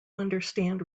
understand